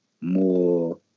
more